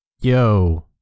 yo